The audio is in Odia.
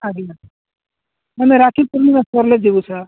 ଆଜି ନା ଆମେ ରାକ୍ଷୀ ପୂର୍ଣ୍ଣିମା ସରିଲେ ଯିବୁ ସାର୍